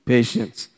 Patience